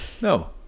no